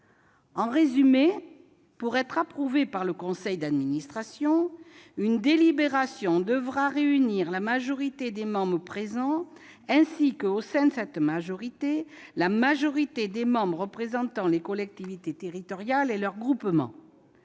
En résumé, pour être approuvée par le conseil d'administration, une délibération devra réunir les suffrages de la majorité des membres présents, ainsi que, au sein de cette majorité, ceux de la majorité des représentants des collectivités territoriales et de leurs groupements.